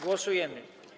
Głosujemy.